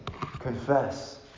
Confess